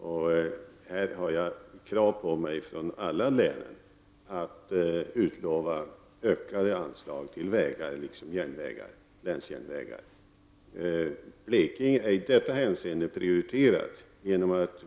gå. Jag har krav på mig från alla län att utlova ökade anslag såväl till vägar som till länsjärnvägar. Blekinge är i detta hänseende prioriterat.